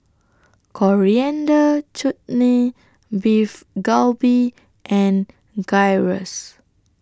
Coriander Chutney Beef Galbi and Gyros